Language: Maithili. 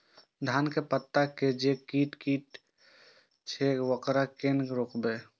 धान के पत्ता के जे कीट कटे छे वकरा केना रोकबे?